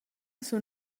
sun